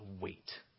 weight